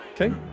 Okay